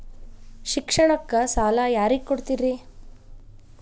ಶಿಕ್ಷಣಕ್ಕ ಸಾಲ ಯಾರಿಗೆ ಕೊಡ್ತೇರಿ?